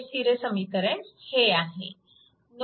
ते स्थिर समीकरण हे आहे